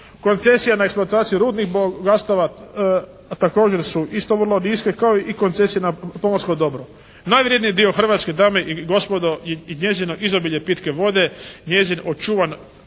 Koncesija na eksploataciju rudnih bogatstava također su isto vrlo niske kao i koncesije na pomorsko dobro. Najvrijedniji dio Hrvatske dame i gospodo i njezino izobilje pitke vode, njezin očuvan